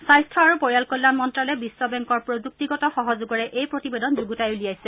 স্বাস্থ্য আৰু পৰিয়াল কল্যাণ মন্তালয়ে বিশ্ব বেংকৰ প্ৰযুক্তিগত সহযোগেৰে এই প্ৰতিবেদন যুণ্ডতাই উলিয়াইছে